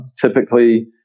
Typically